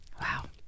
Wow